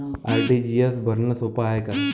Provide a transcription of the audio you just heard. RTGS भरनं सोप हाय का?